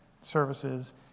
services